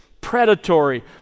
predatory